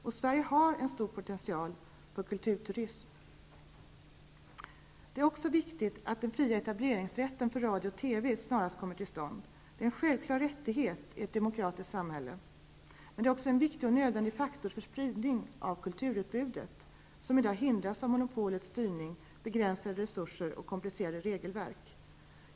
Och Sverige har en stor potential för kulturpolitiska satsningar. Det är viktigt att den fria etableringsrätten för radio och TV snarast kommer till stånd. Den är en självklar rättighet i ett demokratiskt samhälle, men det är också en viktig och nödvändig faktor för spridning av kulturutbudet som i dag hindras av monopolets styrning, begränsade resurser och komplicerade regelverk.